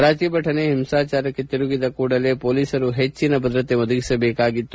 ಪ್ರತಿಭಟನೆ ಹಿಂಸಾಚಾರಕ್ಕೆ ತಿರುಗಿದ ಕೂಡಲೇ ಪೊಲೀಸರು ಹೆಚ್ಚಿನ ಭದ್ರತೆ ಒದಗಿಸಬೇಕಾಗಿತ್ತು